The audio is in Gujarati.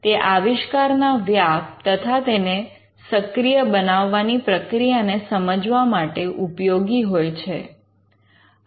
તે આવિષ્કારના વ્યાપ તથા તેને સક્રિય બનાવવાની પ્રક્રિયાને સમજવા માટે ઉપયોગી હોય છે